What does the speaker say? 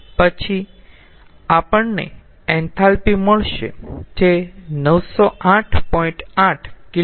પછી આપણને એન્થાલ્પી મળશે જે 908